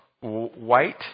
white